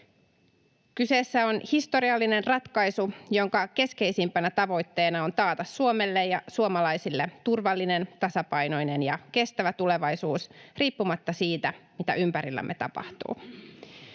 Kyseessä on historiallinen ratkaisu, jonka keskeisimpänä tavoitteena on taata Suomelle ja suomalaisille turvallinen, tasapainoinen ja kestävä tulevaisuus riippumatta siitä, mitä ympärillämme tapahtuu.